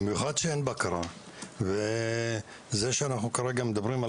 במיוחד שאין בקרה וזה שאנחנו כרגע מדברים על